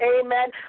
amen